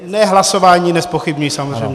Ne, hlasování nezpochybňuji samozřejmě.